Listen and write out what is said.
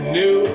new